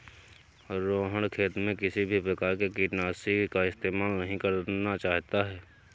रोहण खेत में किसी भी प्रकार के कीटनाशी का इस्तेमाल नहीं करना चाहता है